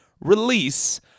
release